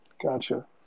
Gotcha